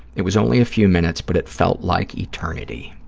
it was only a few minutes, but it felt like eternity.